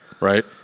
Right